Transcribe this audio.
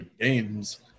Games